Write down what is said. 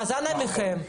אז אנא מכם,